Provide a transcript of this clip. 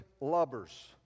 lovers